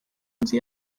nzu